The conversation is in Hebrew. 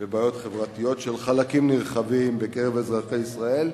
בבעיות חברתיות של חלקים נרחבים בקרב אזרחי ישראל.